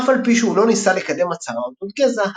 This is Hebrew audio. אף על פי שהוא לא ניסה לקדם הצהרה אודות גזע,